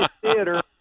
theater